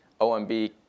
omb